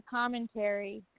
commentary